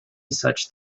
such